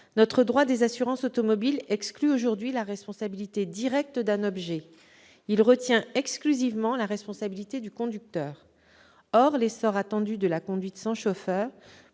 Notre droit des assurances automobiles exclut aujourd'hui la responsabilité directe d'un objet, retenant exclusivement la responsabilité du conducteur. Or l'essor attendu de la conduite sans chauffeur